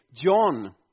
John